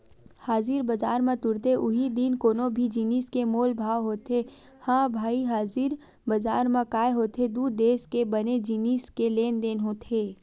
हाजिर बजार म तुरते उहीं दिन कोनो भी जिनिस के मोल भाव होथे ह भई हाजिर बजार म काय होथे दू देस के बने जिनिस के लेन देन होथे